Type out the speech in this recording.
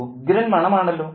ഉഗ്രൻ മണമാണല്ലോ